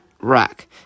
rack